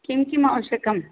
किं किम् आवश्यकं